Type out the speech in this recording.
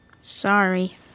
Sorry